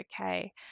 okay